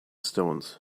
stones